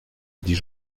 dis